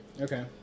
Okay